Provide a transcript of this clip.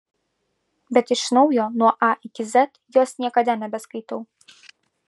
bet iš naujo nuo a iki z jos niekada nebeskaitau